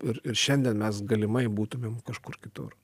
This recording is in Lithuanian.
ir ir šiandien mes galimai būtumėm kažkur kitur